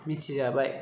मिथिजाबाय